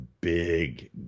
big